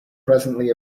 presently